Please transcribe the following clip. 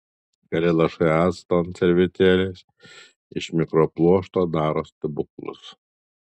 keli lašai acto ant servetėlės iš mikropluošto daro stebuklus